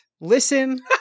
Listen